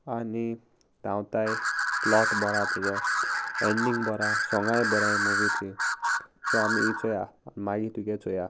आनी धांवताय प्लोट बरो तेजो एन्डींग बरो सोंगाय बोरी मुवीची सो आमी ही चोया आनी मागीर तुगे चोया